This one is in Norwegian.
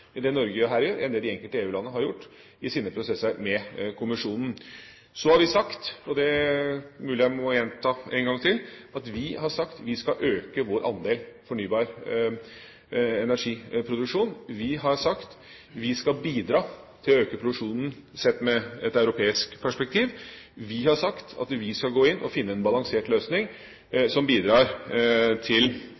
det som Norge her gjør, enn det de enkelte EU-landene har gjort i sine prosesser med kommisjonen. Så har vi sagt – og det er det mulig jeg må gjenta en gang til – at vi skal øke vår andel fornybar energiproduksjon. Vi har sagt at vi skal bidra til å øke produksjonen sett i et europeisk perspektiv. Vi har sagt at vi skal gå inn og finne en balansert løsning